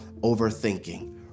overthinking